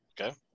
Okay